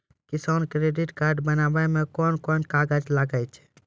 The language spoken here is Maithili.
किसान क्रेडिट कार्ड बनाबै मे कोन कोन कागज लागै छै?